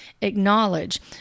acknowledge